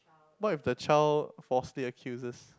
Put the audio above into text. what if the child falsely accuses